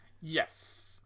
yes